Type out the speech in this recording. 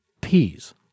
peas